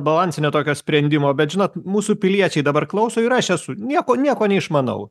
balansinio tokio sprendimo bet žinot mūsų piliečiai dabar klauso ir aš esu nieko nieko neišmanau